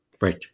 right